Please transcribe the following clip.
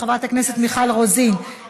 חברת הכנסת מיכל רוזין,